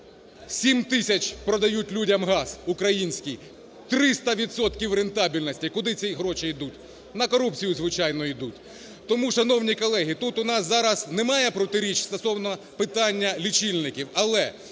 тисяч продають людям газ український, 300 відсотків рентабельності. Куди ці гроші ідуть? На корупцію, звичайно, ідуть. Тому, шановні колеги, тут у нас зараз немає протиріч стосовно питання лічильників. Але